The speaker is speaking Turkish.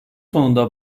sonunda